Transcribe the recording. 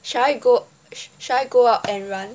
should I go should I go out and run